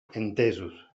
entesos